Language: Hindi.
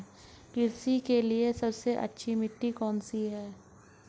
कृषि के लिए सबसे अच्छी मिट्टी कौन सी है?